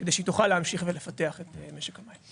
כדי שהיא תוכל להמשיך ולפתח את משק המים.